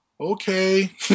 Okay